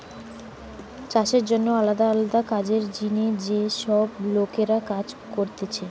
চাষের জন্যে আলদা আলদা কাজের জিনে যে সব লোকরা কাজ করতিছে